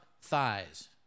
thighs